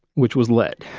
which was lead